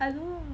I don't know